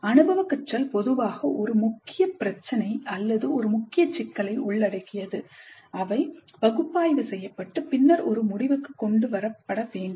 அனுபவக் கற்றல் பொதுவாக ஒரு முக்கிய பிரச்சினை அல்லது ஒரு முக்கிய சிக்கலை உள்ளடக்கியது அவை பகுப்பாய்வு செய்யப்பட்டு பின்னர் ஒரு முடிவுக்கு கொண்டு வரப்பட வேண்டும்